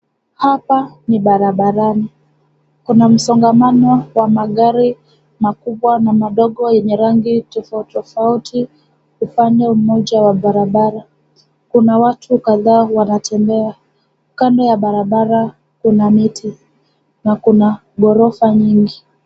Hapa ni barabarani. Kuna msongamano wa magari makubwa na madogo yenye rangi tofauti tofauti. Upande mmoja wa barabara kuna watu kadhaa wanatembea. Kando ya barabara kuna miti na kuna ghorofa nyingi.